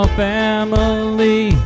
family